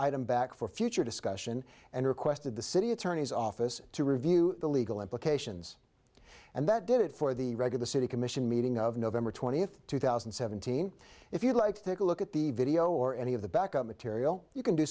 item back for future discussion and requested the city attorney's office to review the legal implications and that did it for the regular city commission meeting of november twentieth two thousand and seventeen if you'd like to take a look at the video or any of the back up material you can do